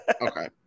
okay